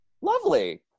Lovely